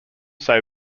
say